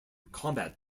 combat